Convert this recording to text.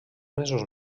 mesos